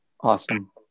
Awesome